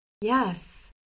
Yes